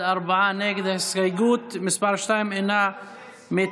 ההסתייגות (2) של חברי הכנסת שלמה קרעי ויואב קיש לפני סעיף 1 לא